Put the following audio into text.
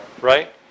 right